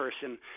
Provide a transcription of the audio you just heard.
person